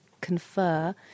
confer